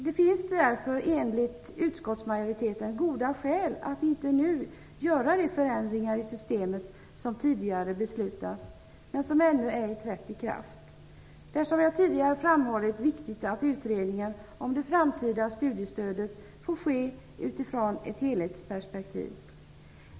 Det finns därför enligt utskottsmajoriteten goda skäl för att inte nu göra de förändringar i systemen som tidigare beslutats men som ännu ej trätt i kraft. Det är, som jag tidigare framhållit, viktigt att utredningen om det framtida studiestödet får utformas i ett helhetsperspektiv.